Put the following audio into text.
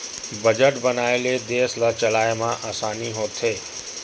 budget बनाए ले देस ल चलाए म असानी होथे